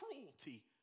cruelty